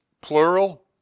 plural